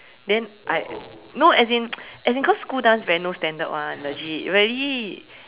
then I no as in as in cause school dance very no standard [one] legit really